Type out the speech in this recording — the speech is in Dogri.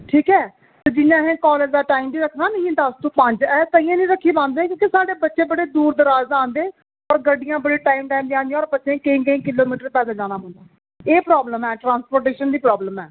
ठीक ऐ ते जि'यां असें कॉलेज दा टाईम बी रक्खे दा नीं दस टू पंज एह् ताहियें नीं रक्खी पांदे कि साढ़े बच्चे बड़ी दूर दराज दा औंदे होर गड्डियां बड़ियां टाईम टाईम दियां आंह्दियां होर बच्चें ई केईं केईं किलोमीटर पैद्दल जाना पौंदा एह् प्रॉब्लम ऐ ट्रांसपोर्टेशन दी प्रॉब्लम ऐ